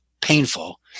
painful